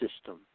system